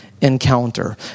encounter